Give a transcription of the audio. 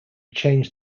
changed